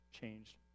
changed